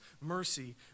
mercy